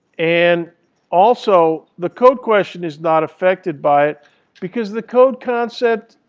and also the code question is not affected by it because the code concept